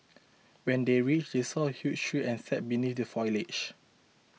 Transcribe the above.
when they reached they saw a huge tree and sat beneath the foliage